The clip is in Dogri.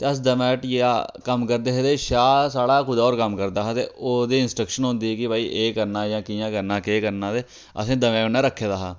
ते अस दमैं हट्टिया कम्म करदे ते शाह् साढ़ा कुतै होर कम्म करदा हा ते ओह्दी इंस्ट्रक्शन होंदी कि भाई एह् करना जां कि'यां करना केह् करना ते असें दमैं उ'न्नै रक्खे दा हा